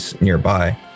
nearby